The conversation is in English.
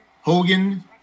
Hogan